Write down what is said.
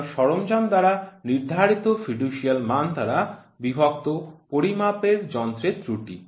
সুতরাং সরঞ্জাম দ্বারা নির্ধারিত ফিডুশিয়াল মান দ্বারা বিভক্ত পরিমাপের যন্ত্রের ত্রুটি